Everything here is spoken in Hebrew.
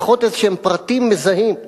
לפחות פרטים מזהים כלשהם.